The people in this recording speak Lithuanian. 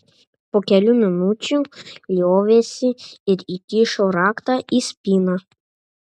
po kelių minučių liovėsi ir įkišo raktą į spyną